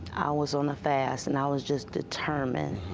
was on a fast, and i was just determined,